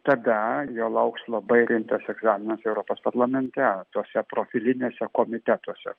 tada jo lauks labai rimtas egzaminas europos parlamente tuose profiliniuose komitetuose